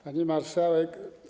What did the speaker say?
Pani Marszałek!